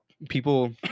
people